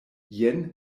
jen